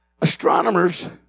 Astronomers